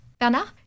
Bernard